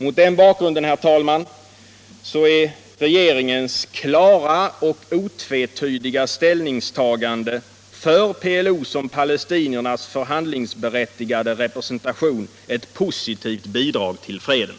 Mot den bakgrunden är regeringens klara och otvetydiga ställningstagande för PLO som palestiniernas förhandlingsberättigade representation ett positivt bidrag till freden.